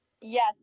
Yes